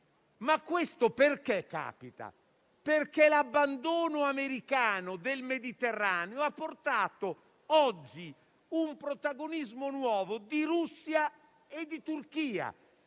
Questo però capita perché l'abbandono americano del Mediterraneo ha portato oggi un protagonismo nuovo di Russia e di Turchia.